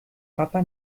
papa